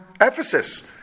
Ephesus